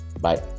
Bye